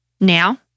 Now